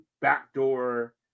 backdoor